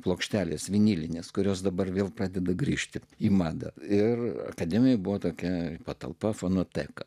plokštelės vinilinės kurios dabar vėl pradeda grįžti į madą ir akademijoje buvo tokia patalpa fonoteka